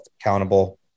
accountable